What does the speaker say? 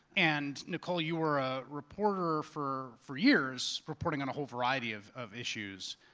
and nikole, you were a reporter for for years reporting on a whole variety of of issues.